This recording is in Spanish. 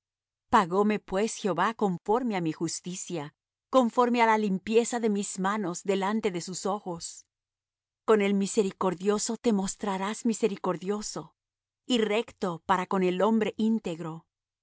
maldad pagóme pues jehová conforme á mi justicia conforme á la limpieza de mis manos delante de sus ojos con el misericordioso te mostrarás misericordioso y recto para con el hombre íntegro